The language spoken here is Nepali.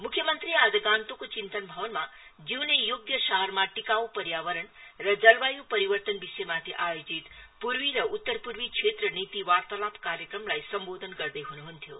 म्ख्य मंत्री आज गान्तोकको चिन्तन भवनमा जिउने योग्य शहरमा टिकाऊ पर्यावरण र जलवाय् परिवर्तन विषयमाथि आयोजित पूर्वी र उत्तरपूर्वी क्षेत्र नीति वार्तावाप कार्यक्रमलाई सम्बोधन गर्दै हुनुहुन्थ्यो